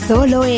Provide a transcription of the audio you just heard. Solo